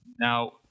Now